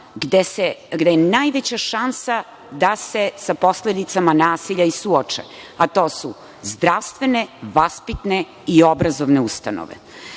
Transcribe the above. gde je najveća šansa da se sa posledicama nasilja i suoče, a to su zdravstvene, vaspitne i obrazovne ustanove. Ovaj